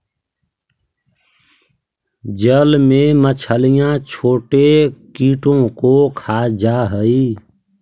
जल में मछलियां छोटे कीटों को खा जा हई